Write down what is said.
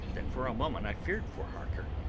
that for a moment i feared for harker,